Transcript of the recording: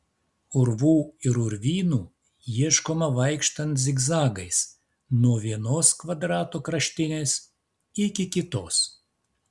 urvų ir urvynų ieškoma vaikštant zigzagais nuo vienos kvadrato kraštinės iki kitos